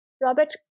Robert